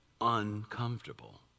uncomfortable